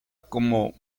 como